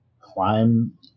climb